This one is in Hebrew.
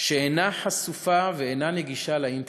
שאינה חשופה ואינה נגישה לאינטרנט.